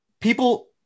people